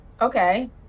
Okay